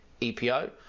EPO